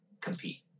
compete